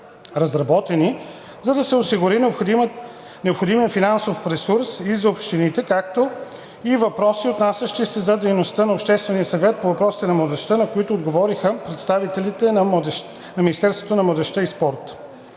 за да се осигури необходимият финансов ресурс и за общините, както и въпроси, отнасящи се до дейността на Обществения съвет по въпросите за младежта, на които отговориха представителите на Министерството